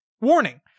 Warning